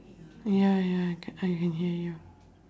ya ya I ca~ I can hear you